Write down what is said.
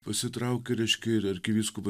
pasitraukė reiškia ir arkivyskupas ir